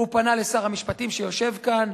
הוא פנה לשר המשפטים, שיושב כאן,